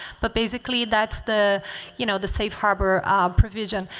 but basically that's the you know the safe harbor provision.